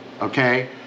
Okay